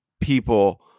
people